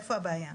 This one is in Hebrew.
איפה הבעיה?